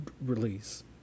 release